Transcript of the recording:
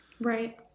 Right